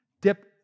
dip